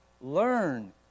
learn